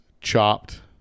chopped